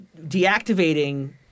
Deactivating